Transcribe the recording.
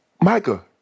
Micah